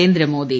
Narendra Modi